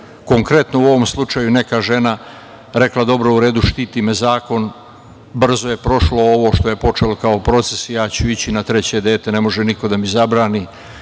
konkretno u ovom slučaju neka žena rekla – dobro, u redu, štiti me zakon, brzo je prošlo ovo što je počelo kao proces i ja ću ići na treće dete, ne može niko da mi zabrani,